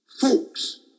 folks